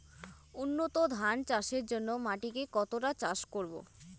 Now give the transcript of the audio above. উন্নত ধান চাষের জন্য মাটিকে কতটা চাষ করব?